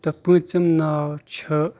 تہٕ پٲنٛژِم ناو چھِ